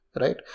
right